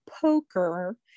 poker